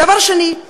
דבר שני,